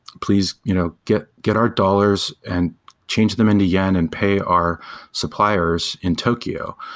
please you know get get our dollars and change them into yen and pay our suppliers in tokyo,